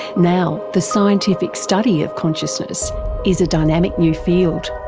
now the scientific study of consciousness is a dynamic new field.